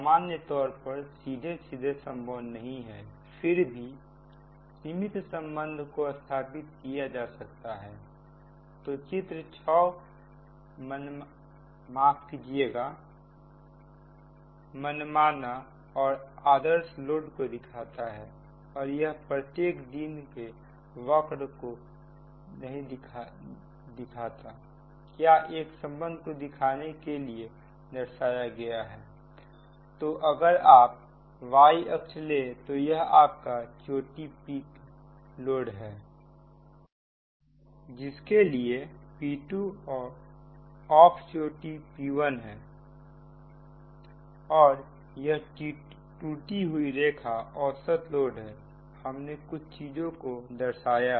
सामान्य तौर पर सीधे सीधे संभव नहीं है फिर भी सीमित संबंध को स्थापित किया जा सकता है तो चित्र 6 मनमाना और आदर्श लोडवक्र को दिखाता है और यह प्रत्येक दिन के वक्र को नहीं दिखाता यह एक संबंध को दिखाने के लिए दर्शाया गया है तो अगर आप Y अक्ष ले तो यह आपका चोटी लोड है जिसके लिए P2 और ऑफ चोटी P1 है और यह टूटी हुई रेखा औसत लोड है हमने कुछ चीजों को दर्शाया है